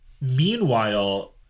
meanwhile